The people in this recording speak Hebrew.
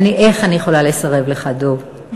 איך אני יכולה לסרב לך, דב?